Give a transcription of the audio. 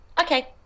okay